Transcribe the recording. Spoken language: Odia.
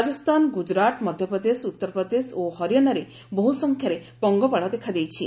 ରାଜସ୍ତାନ ଗୁଜୁରାଟ ମଧ୍ୟପ୍ରଦେଶ ଉତ୍ତରପ୍ରଦେଶ ଓ ହରିୟାନାରେ ବହୁ ସଂଖ୍ୟାରେ ପଙ୍ଗପାଳ ଦେଖାଦେଇଛି